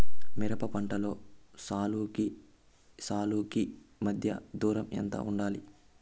మిరప పంటలో సాలుకి సాలుకీ మధ్య దూరం ఎంత వుండాలి?